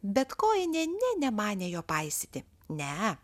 bet kojinė nė nemanė jo paisyti ne